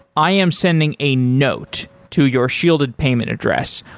i am sending a note to your shielded payment address.